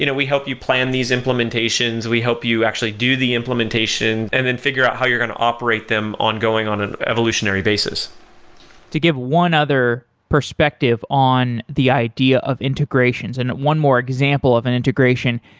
you know we help you plan these implementations, we help you actually do the implementation and then figure out how you're going to operate them on going on an evolutionary basis to give one other perspective on the idea of integrations and one more example of an integration,